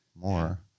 more